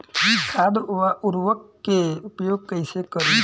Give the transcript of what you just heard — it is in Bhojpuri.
खाद व उर्वरक के उपयोग कईसे करी?